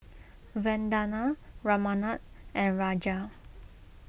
Vandana Ramanand and Raja